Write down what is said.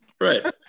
Right